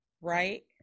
right